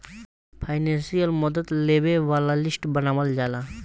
financial मदद लेबे वाला लिस्ट बनावल जाला